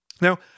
Now